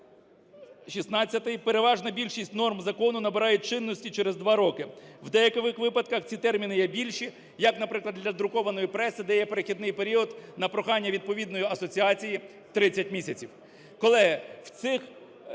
16. Переважна більшість норм закону набирає чинності через 2 роки. У деяких випадках ці терміни є більші, як наприклад, для друкованої преси, де є перехідний період на прохання відповідної асоціації 30 місяців. Колеги, в цих